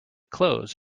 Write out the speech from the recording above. clothes